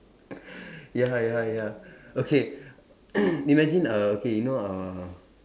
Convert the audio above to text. ya ya ya okay imagine a okay you know uh